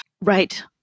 right